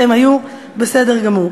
שהם היו בסדר גמור.